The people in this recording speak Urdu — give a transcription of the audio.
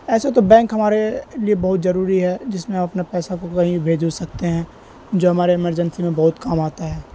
ایسے تو بینک ہمارے لیے بہت ضروری ہے جس میں ہم اپنا پیسہ کو کہیں بھیج ویج سکتے ہیں جو ہمارے ایمرجنسی میں بہت کام آتا ہے